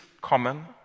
common